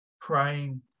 praying